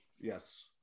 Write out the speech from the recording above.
Yes